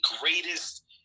greatest